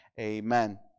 Amen